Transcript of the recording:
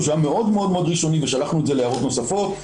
שהיה מאוד ראשוני ושלחנו את זה להערות נוספות.